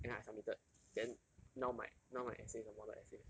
then I submitted then now my now my essay is a model essay